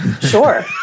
Sure